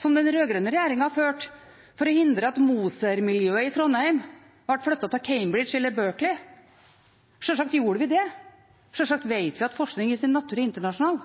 som den rød-grønne regjeringen førte for å hindre at Moser-miljøet i Trondheim ble flyttet til Cambridge eller Berkeley. Sjølsagt gjorde vi det. Sjølsagt vet vi at forskning i sin natur er internasjonal.